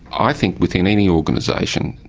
i think within any organisation,